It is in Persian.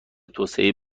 توسعه